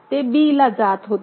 ते b ला जात होते